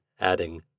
adding